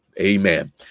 Amen